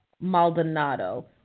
Maldonado